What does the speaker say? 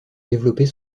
développer